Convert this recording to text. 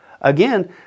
Again